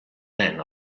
men